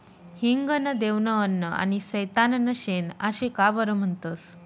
हिंग ले देवनं अन्न आनी सैताननं शेन आशे का बरं म्हनतंस?